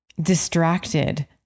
distracted